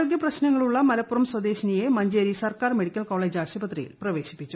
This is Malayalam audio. ആരോഗ്യ പ്രശ്നങ്ങളുള്ള മലപ്പുറം സ്വദേശിനിയെ മഞ്ചേരി സർക്കാർ മെഡിക്കൽ കോളേജ് ആശുപത്രിയിൽ പ്രവേശിപ്പിച്ചു